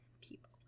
People